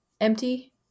empty